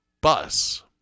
bus